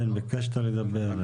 כן, ביקשת לדבר.